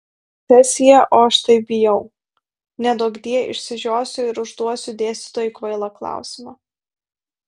tuoj sesija o aš taip bijau neduokdie išsižiosiu ir užduosiu dėstytojui kvailą klausimą